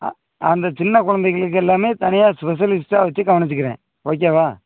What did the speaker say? ஆ அந்த சின்ன குழந்தைகளுக்கு எல்லாமே தனியாக ஸ்பெசல் லிஸ்ட்டாக வச்சு கவனிச்சிக்கிறேன் ஓகேவா